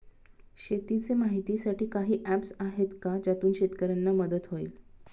शेतीचे माहितीसाठी काही ऍप्स आहेत का ज्यातून शेतकऱ्यांना मदत होईल?